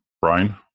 Brian